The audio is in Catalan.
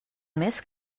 més